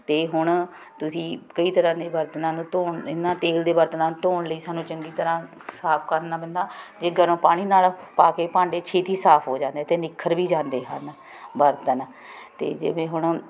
ਅਤੇ ਹੁਣ ਤੁਸੀਂ ਕਈ ਤਰ੍ਹਾਂ ਦੇ ਬਰਤਨਾਂ ਨੂੰ ਧੋਣ ਇਹਨਾਂ ਤੇਲ ਦੇ ਬਰਤਨਾਂ ਨੂੰ ਧੋਣ ਲਈ ਸਾਨੂੰ ਚੰਗੀ ਤਰ੍ਹਾਂ ਸਾਫ਼ ਕਰਨਾ ਪੈਂਦਾ ਅਤੇ ਗਰਮ ਪਾਣੀ ਨਾਲ ਪਾ ਕੇ ਭਾਂਡੇ ਛੇਤੀ ਸਾਫ਼ ਹੋ ਜਾਂਦੇ ਅਤੇ ਨਿੱਖਰ ਵੀ ਜਾਂਦੇ ਹਨ ਬਰਤਨ ਅਤੇ ਜਿਵੇਂ ਹੁਣ